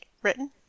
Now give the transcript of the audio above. Written